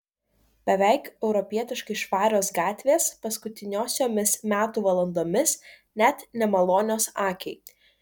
beveik europietiškai švarios gatvės paskutiniosiomis metų valandomis net nemalonios akiai